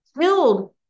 killed